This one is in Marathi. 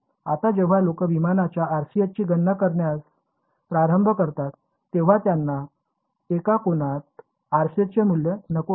आता जेव्हा लोक विमानाच्या RCS ची गणना करण्यास प्रारंभ करतात तेव्हा त्यांना एका कोनात RCS चे मूल्य नको असते